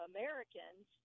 Americans